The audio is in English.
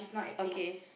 okay